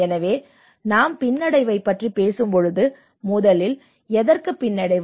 எனவே நாம் பின்னடைவைப் பற்றி பேசும்போது முதலில் எதற்கு பின்னடைவு